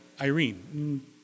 Irene